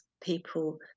people